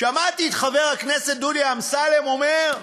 שמעתי את חבר הכנסת דודי אמסלם אומר: